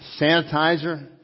sanitizer